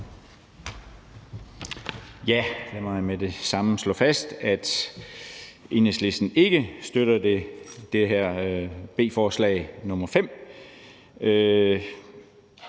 Lad mig med det samme slå fast, at Enhedslisten ikke støtter det her beslutningsforslag